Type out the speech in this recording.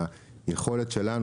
היכולת שלנו,